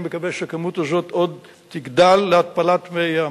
אני מקווה שהכמות הזאת עוד תגדל, להתפלת מי ים.